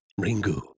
Ringu